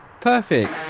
Perfect